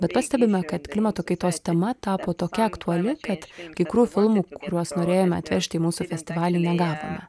bet pastebime kad klimato kaitos tema tapo tokia aktuali kad kai kurių filmų kuriuos norėjome atvežti į mūsų festivalį negavome